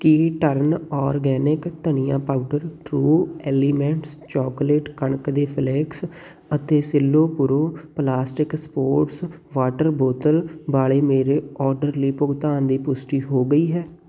ਕੀ turn organic ਧਨੀਆ powder true elements chocolate ਕਣਕ ਦੇ ਫਲੇਕਸ ਅਤੇ ਸਿਲੋਪੁਰੋ ਪਲਾਸਟਿਕ ਸਪੋਰਟਸ ਵਾਟਰ ਬੋਤਲ ਵਾਲੇ ਮੇਰੇ ਔਡਰ ਲਈ ਭੁਗਤਾਨ ਦੀ ਪੁਸ਼ਟੀ ਹੋ ਗਈ ਹੈ